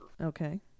Okay